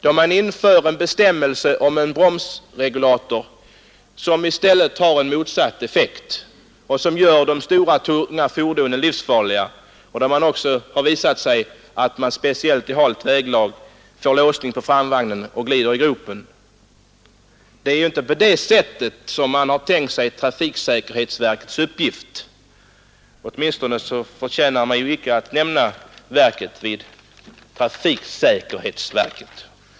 Det har nämligen införts en bestämmelse om en bromsregulator, som har motsatt effekt mot den avsedda och som gör de stora tunga fordonen livsfarliga. Det har också visat sig att man, speciellt i halt väglag, får låsning på framvagnen och glider i gropen — det är inte så man har tänkt sig trafiksäkerhetsverkets uppgift; åtminstone förtjänar verket inte då att benämnas trafiksäkerhetsverket.